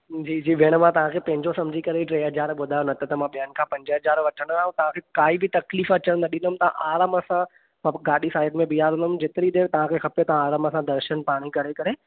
जी जी भेण मां तव्हां खे पंहिंजो समुझी करे ई टे हज़ार रुपया ॿुधायो न त त मां ॿियनि खां पंज हज़ार वठंदो आं ऐं तव्हां खे काई बि तकलीफ़ अचणु न ॾींदुमि तव्हां आराम सां गाॾी साइड में बीहारींदुमि जेतिरी देरि तव्हां खे खपे तव्हां अराम सां दर्शन पाणी करे करे